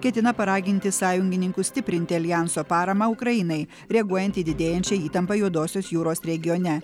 ketina paraginti sąjungininkus stiprinti aljanso paramą ukrainai reaguojant į didėjančią įtampą juodosios jūros regione